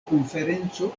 konferenco